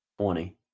Twenty